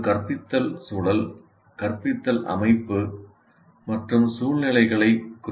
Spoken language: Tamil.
ஒரு கற்பித்தல் சூழல் கற்பித்தல் அமைப்பு மற்றும் சூழ்நிலைகளைக் குறிக்கிறது